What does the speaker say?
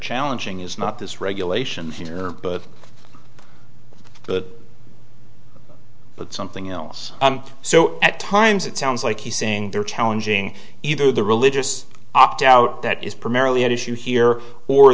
challenging is not this regulation of the but something else so at times it sounds like he's saying they're challenging either the religious opt out that is primarily at issue here or